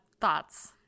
thoughts